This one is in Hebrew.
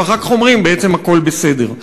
ואחר כך אומרים: בעצם הכול בסדר.